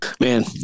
man